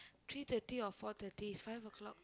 three thirty or four thirty it's five o-clock